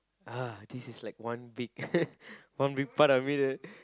uh this is like one big one big part of me that